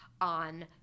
on